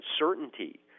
uncertainty